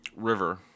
river